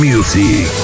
Music